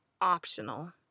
optional